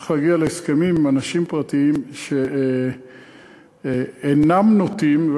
צריך להגיע להסכמים עם אנשים פרטיים שאינם נוטים,